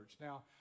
Now